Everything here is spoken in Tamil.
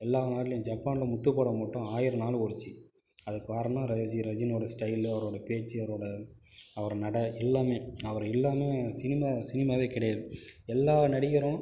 எல்லா நாடுலையும் ஜப்பானில் முத்து படம் மட்டும் ஆயிரம் நாள் ஓடிச்சு அதற்கு காரணம் ரஜி ரஜினியோட ஸ்டைலு அவரோட பேச்சு அவரோட அவர் நடை எல்லாம் அவர் இல்லாமல் சினிமா சினிமாவே கிடையாது எல்லா நடிகரும்